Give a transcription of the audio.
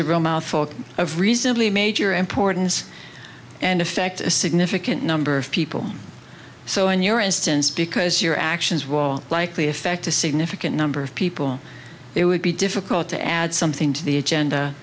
a real mouthful of reasonably major importance and effect a significant number of people so in your instance because your actions will likely affect a significant number of people it would be difficult to add something to the agenda